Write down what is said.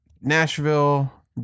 Nashville